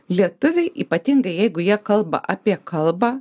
lietuviai ypatingai jeigu jie kalba apie kalbą